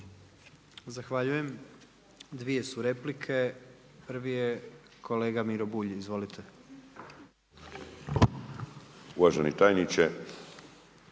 Zahvaljujem. Dvije su replike. Prvi je kolega Miro Bulj. Izvolite. **Bulj,